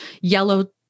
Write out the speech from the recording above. yellow